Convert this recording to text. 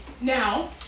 Now